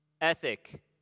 ethic